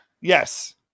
Yes